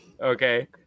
Okay